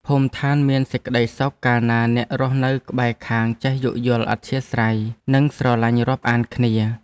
ភូមិឋានមានសេចក្តីសុខកាលណាអ្នករស់នៅក្បែរខាងចេះយោគយល់អធ្យាស្រ័យនិងស្រឡាញ់រាប់អានគ្នា។